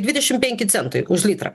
dvidešimt penki centai už litrą